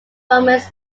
romance